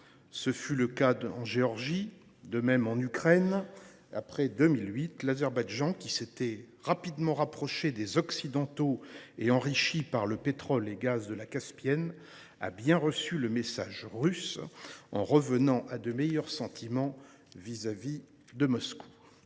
cette situation, puis l’Ukraine. Après 2008, l’Azerbaïdjan, qui s’était rapidement rapproché des Occidentaux et enrichi par le pétrole et par le gaz de la Caspienne, a bien reçu le message russe en revenant à de meilleurs sentiments à l’égard de Moscou.